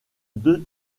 deux